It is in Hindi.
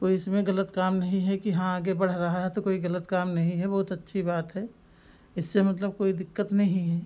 कोई इसमें गलत काम नहीं है कि हाँ आगे बढ़ रहा है तो कोई गलत काम नहीं है बहुत अच्छी बात है इससे मतलब कोई दिक्कत नहीं है